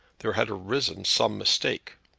there had arisen some mistake,